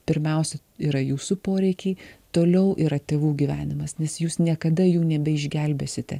pirmiausia yra jūsų poreikiai toliau yra tėvų gyvenimas nes jūs niekada jų nebeišgelbėsite